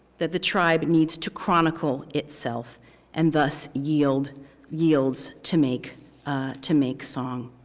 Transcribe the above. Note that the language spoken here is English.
that the tribe needs to chronicle itself and thus yields yields to make to make song.